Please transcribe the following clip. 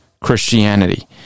Christianity